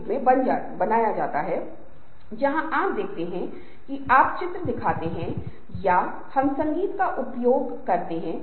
समूह पहचानता है कि यह आम सहमति तक पहुंच रहा है और कार्य को पूरा करने के लिए उस सहमति को स्पष्ट रूप से समेकित करता है